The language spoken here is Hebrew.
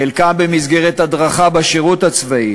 חלקם במסגרת הדרכה בשירות הצבאי.